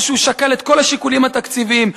שהוא שקל את כל השיקולים התקציביים.